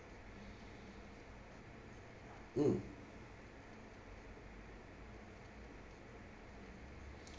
mm